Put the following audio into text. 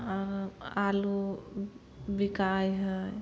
आओरो आलू बिकाइ हइ